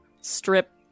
strip